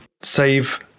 save